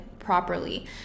properly